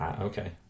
Okay